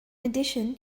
addition